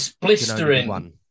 Blistering